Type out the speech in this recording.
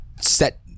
set